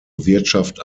wirtschaft